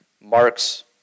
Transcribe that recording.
Mark's